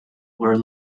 were